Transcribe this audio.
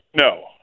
No